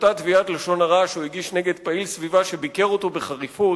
אותה תביעת לשון הרע שהוא הגיש נגד פעיל סביבה שביקר אותו בחריפות